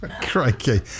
Crikey